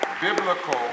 Biblical